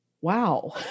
wow